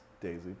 Daisy